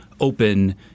open